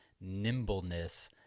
nimbleness